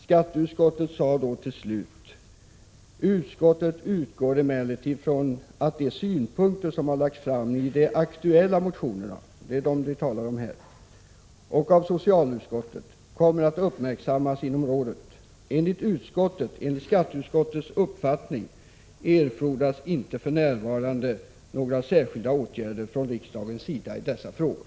Skatteutskottet sade till slut: ”Utskottet utgår emellertid från att de synpunkter som har lagts fram i de aktuella motionerna” — som vi talar om här — ”och av socialutskottet kommer att uppmärksammas inom rådet. Enligt utskottets uppfattning erfordras inte för närvarande några särskilda åtgärder från riksdagens sida i dessa frågor”.